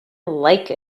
like